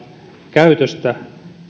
käytöstä